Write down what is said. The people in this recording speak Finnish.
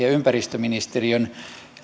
ja ympäristöministeriön